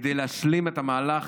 כדי להשלים את המהלך